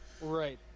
Right